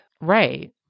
Right